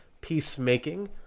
peacemaking